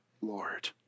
Lord